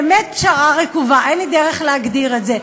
באמת פשרה רקובה, אין לי דרך להגדיר את זה: